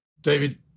david